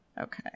Okay